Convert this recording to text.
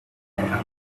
appear